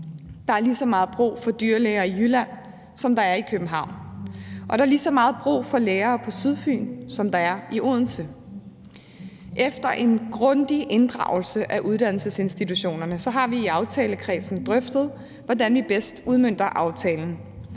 Der er lige så meget brug for dyrlæger i Jylland som i København, og der er lige så meget brug for lærere på Sydfyn som i Odense. Efter en grundig inddragelse af uddannelsesinstitutionerne har vi i aftalekredsen drøftet, hvordan vi bedst udmønter aftalen,